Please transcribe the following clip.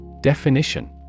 Definition